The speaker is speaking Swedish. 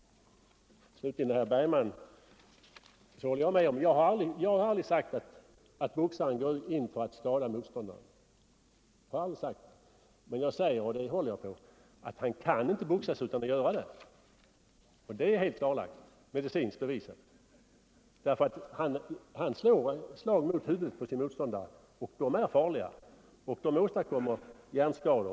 Slutligen vill jag säga till herr Bergman i Nyköping att jag aldrig sagt att boxaren går in för att skada motståndaren. Men jag säger — och det håller jag fast vid — att man inte kan boxas utan att göra det. Boxaren slår ett slag mot huvudet på sin motståndare. Dessa slag är farliga och åstadkommer hjärnskador.